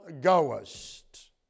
goest